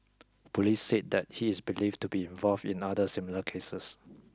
police said that he is believed to be involved in other similar cases